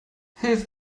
hilf